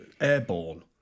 airborne